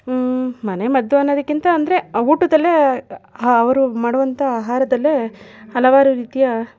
ಮನೆ ಮದ್ದು ಅನ್ನೋದಕ್ಕಿಂತ ಅಂದರೆ ಊಟದಲ್ಲೇ ಅವರು ಮಾಡುವಂಥ ಆಹಾರದಲ್ಲೇ ಹಲವಾರು ರೀತಿಯ